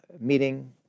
meeting